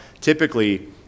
typically